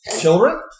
Children